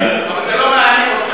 אבל זה לא מעניין אותך בכלל.